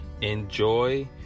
enjoy